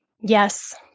Yes